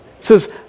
says